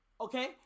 okay